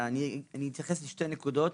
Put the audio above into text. אני אתייחס לשתי נקודות.